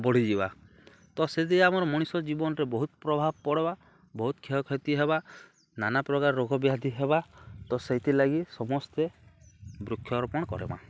ବଢ଼ିଯିବା ତ ସେଦି ଆମର ମଣିଷ ଜୀବନରେ ବହୁତ ପ୍ରଭାବ ପଡ଼ିବା ବହୁତ କ୍ଷୟକ୍ଷତି ହେବା ନାନା ପ୍ରକାର ରୋଗ ବ୍ୟାଧି ହେବା ତ ସେଇଥିର୍ ଲାଗି ସମସ୍ତେ ବୃକ୍ଷ ରୋପଣ କରାଇବା